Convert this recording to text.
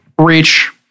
reach